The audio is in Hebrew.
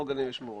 חוק גנים ושמורות,